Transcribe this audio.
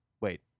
Wait